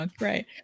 right